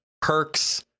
perks